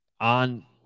on